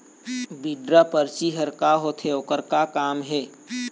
Withdraw परची हर का होते, ओकर का काम हे?